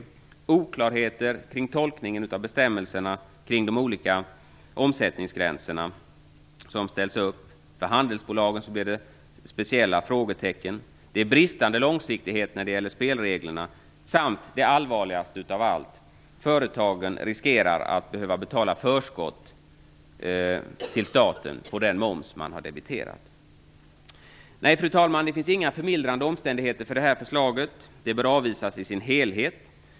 Det leder också till oklarheter när det gäller tolkningen av bestämmelserna om de olika omsättningsgränser som sätts upp - för handelsbolagen blir det speciella frågetecken. Förslaget präglas vidare av bristande långsiktighet när det gäller spelreglerna. Allvarligast av allt är att företagen riskerar att behöva betala förskott till staten på den moms man har debiterat. Nej, fru talman, det finns inga förmildrande omständigheter i fråga om detta förslag. Det bör avvisas i sin helhet.